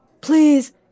Please